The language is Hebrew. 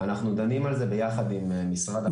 אנחנו דנים על זה ביחד עם משרד החקלאות.